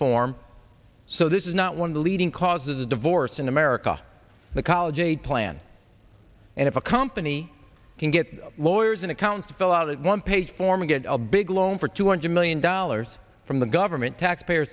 form so this is not one of the leading cause of divorce in america the college aid plan and if a company can get lawyers and accountants fill out a one page form and get a big loan for two hundred million dollars from the government taxpayer